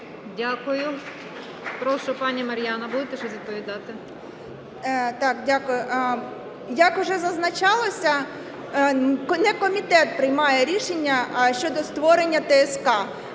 Дякую. Прошу, пані Мар'яна, будете щось відповідати? 14:03:35 БЕЗУГЛА М.В. Так. Дякую. Як уже зазначалося, не комітет приймає рішення щодо створення ТСК.